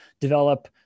develop